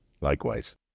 Likewise